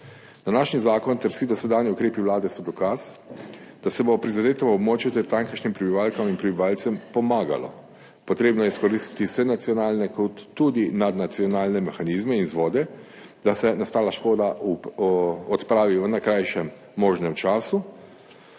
Današnji zakon ter vsi dosedanji ukrepi Vlade so dokaz, da se bo prizadetemu območju ter tamkajšnjim prebivalkam in prebivalcem pomagalo. Potrebno je izkoristiti vse nacionalne kot tudi nadnacionalne mehanizme in vzvode, da se nastala škoda odpravi v najkrajšem možnem času,